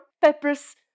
peppers